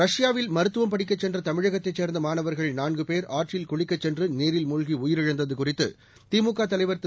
ரஷ்யாவில் மருத்துவம் படிக்கச் சென்ற தமிழகத்தைச் சேர்ந்த மாணவர்கள் நான்கு பேர் ஆற்றில் குளிக்கச் சென்று நீரில் மூழ்கி உயிரிழந்தது குறித்து திமுக தலைவர் திரு